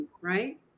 right